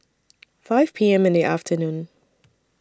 five P M in The afternoon